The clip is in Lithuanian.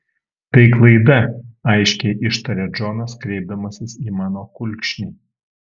tai klaida aiškiai ištaria džonas kreipdamasis į mano kulkšnį